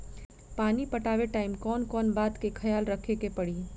पानी पटावे टाइम कौन कौन बात के ख्याल रखे के पड़ी?